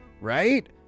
right